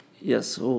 Yes